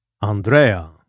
Andrea